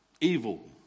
Evil